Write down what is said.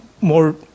more